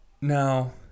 Now